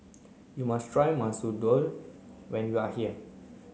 you must try Masoor Dal when you are here